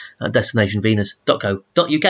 destinationvenus.co.uk